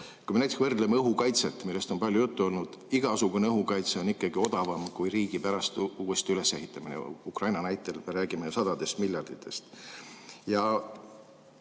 Kui me näiteks vaatame õhukaitset, millest on palju juttu olnud, siis igasugune õhukaitse on ikkagi odavam kui riigi uuesti ülesehitamine. Ukraina näitel me räägime ju sadadest miljarditest.